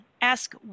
ask